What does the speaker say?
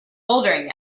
bouldering